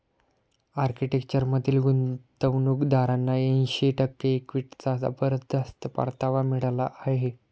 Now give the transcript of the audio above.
आर्किटेक्चरमधील गुंतवणूकदारांना ऐंशी टक्के इक्विटीचा जबरदस्त परतावा मिळाला आहे